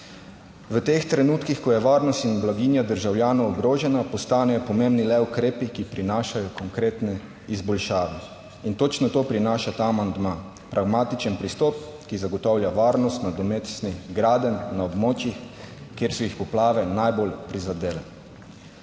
V teh trenutkih, ko je varnost in blaginja državljanov ogrožena postanejo pomembni le ukrepi, ki prinašajo konkretne izboljšave. In točno to prinaša ta amandma, pragmatičen pristop, ki zagotavlja varnost nadomestnih gradenj na območjih, kjer so jih poplave najbolj prizadele.